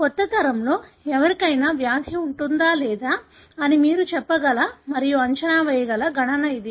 కొత్త తరంలో ఎవరికైనా వ్యాధి ఉంటుందా లేదా అని మీరు చెప్పగల మరియు అంచనా వేయగల గణన ఇది